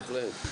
בהחלט.